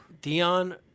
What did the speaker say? Dion